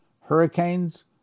hurricanes